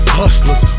hustlers